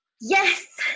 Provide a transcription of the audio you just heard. yes